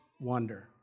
wonder